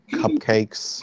cupcakes